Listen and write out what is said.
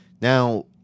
Now